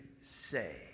say